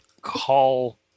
call